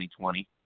2020